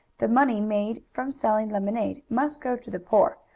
the money made from selling lemonade must go to the poor,